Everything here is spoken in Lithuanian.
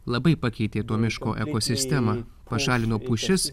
labai pakeitė to miško ekosistemą pašalino pušis